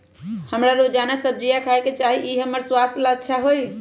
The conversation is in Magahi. हमरा रोजाना सब्जिया खाय के चाहिए ई हमर स्वास्थ्य ला अच्छा हई